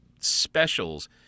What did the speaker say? specials